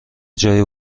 جای